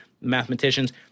mathematicians